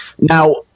Now